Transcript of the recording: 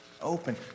open